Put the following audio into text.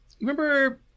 Remember